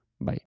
Bye